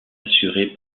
assurée